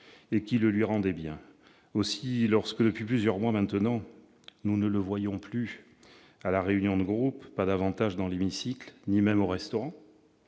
et qui le lui rendait bien ! Aussi, lorsque depuis plusieurs mois maintenant, ne le voyant plus à notre réunion de groupe, pas davantage dans l'hémicycle ni même au restaurant